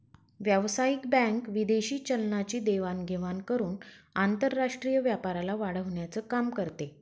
व्यावसायिक बँक विदेशी चलनाची देवाण घेवाण करून आंतरराष्ट्रीय व्यापाराला वाढवण्याचं काम करते